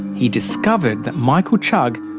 he discovered that michael chugg,